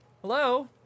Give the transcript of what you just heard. hello